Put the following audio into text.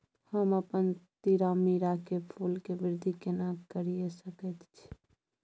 हम अपन तीरामीरा के फूल के वृद्धि केना करिये सकेत छी?